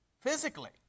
Physically